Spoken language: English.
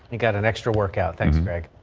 you got an extra work out things make.